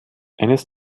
eines